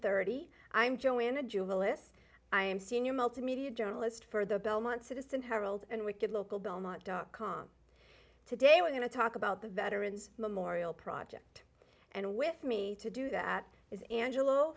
thirty i'm joanna ju willis i am senior multimedia journalist for the belmont citizen herald and with good local belmont dot com today we're going to talk about the veterans memorial project and with me to do that is angelo